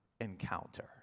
encounter